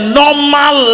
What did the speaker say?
normal